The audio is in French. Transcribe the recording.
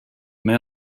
met